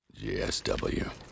GSW